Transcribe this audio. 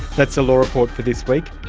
that's the law report for this week.